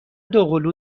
دوقلو